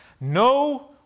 no